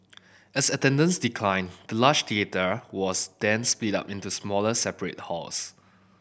as attendance declined the large theatre was then split up into smaller separate halls